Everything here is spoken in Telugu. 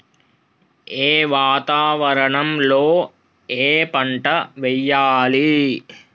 ఏ వాతావరణం లో ఏ పంట వెయ్యాలి?